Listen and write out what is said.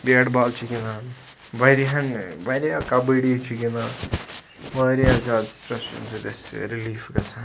bat ball چھِ گِنٛدان واریاہَن واریاہ کَبٔڈی چھِ گِنٛدان واریاہ زیادٕ سٹرٛس چھُ اَمہِ سۭتۍ اَسہِ رِلیٖف گژھان